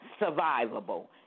survivable